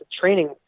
training